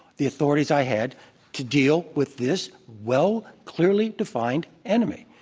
the authorities i had to deal with this well, clearly defined enemy.